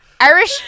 Irish